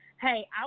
Hey